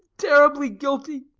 terribly guilty.